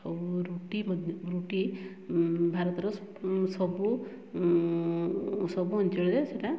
ଆଉ ରୁଟି ରୁଟି ଭାରତର ସବୁ ସବୁ ସବୁ ଅଞ୍ଚଳରେ ସେଇଟା